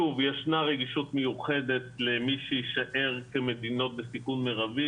ישנה רגישות מיוחדת למי שיישאר כמדינות בסיכון מרבי,